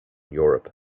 europe